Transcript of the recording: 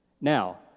Now